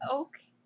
okay